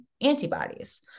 antibodies